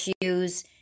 issues